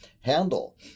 handle